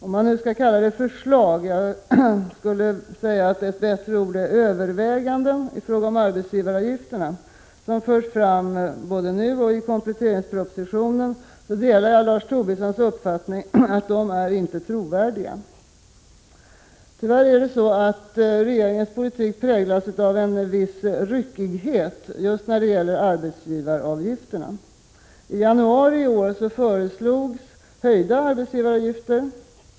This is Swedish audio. Det som nu förs fram här och i kompletteringspropositionen om arbetsgivaravgifterna kan kanske inte kallas för förslag — jag skulle vilja säga att ett bättre ord är överväganden. Jag delar Lars Tobissons uppfattning att dessa överväganden inte är trovärdiga. Regeringens politik präglas tyvärr av en viss ryckighet när det gäller just arbetsgivaravgifterna. I januari i år föreslogs en höjning av arbetsgivaravgifterna.